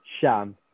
sham